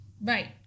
Right